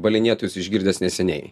balinėtojus išgirdęs neseniai